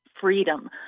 freedom